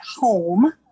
home